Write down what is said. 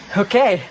okay